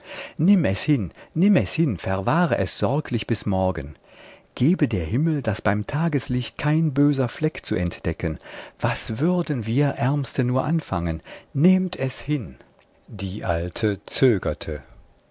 nimm es hin nimm es hin verwahre es sorglich bis morgen gebe der himmel daß beim tageslicht kein böser fleck zu entdecken was würden wir ärmste nur anfangen nehmt es hin die alte zögerte